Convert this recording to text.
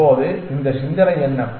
இப்போது இந்த சிந்தனை என்ன